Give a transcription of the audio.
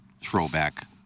throwback